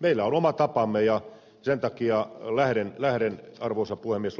meillä on oma tapamme ja sen takia lähden arvoisa puhemies